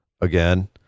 again